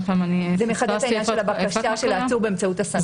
זה מחדד את העניין של הבקשה של העצור באמצעות הסנגור.